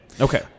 Okay